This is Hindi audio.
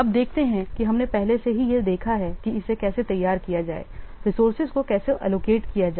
अब देखते हैं कि हमने पहले से ही यह देखा है कि इसे कैसे तैयार किया जाए रिसोर्सेज को कैसे एलोकेट किया जाए